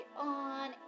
on